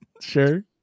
Sure